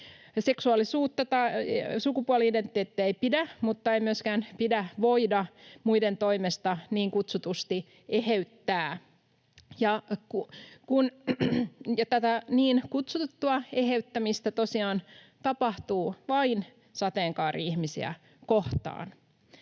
seksuaalisuutta tai sukupuoli-identiteettiä ei pidä mutta ei myöskään pidä voida muiden toimesta niin kutsutusti eheyttää. Tätä niin kutsuttua eheyttämistä tosiaan tapahtuu vain sateenkaari-ihmisiä kohtaan.